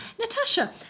Natasha